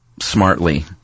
smartly